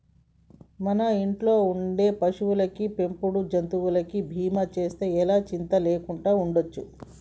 మన ఇళ్ళల్లో ఉండే పశువులకి, పెంపుడు జంతువులకి బీమా చేస్తే ఎలా చింతా లేకుండా ఉండచ్చు